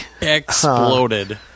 Exploded